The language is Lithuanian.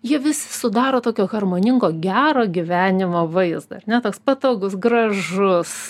jie visi sudaro tokio harmoningo gero gyvenimo vaizdą ar ne toks patogus gražus